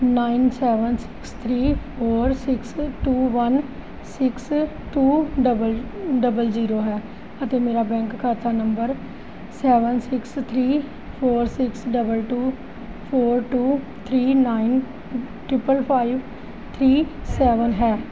nine seven six three four six two one six two double double zero ਹੈ ਅਤੇ ਮੇਰਾ bank ਖਾਤਾ number seven six three four six double two four two three nine triple five three seven ਹੈ